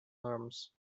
norms